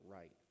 right